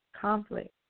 conflict